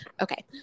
okay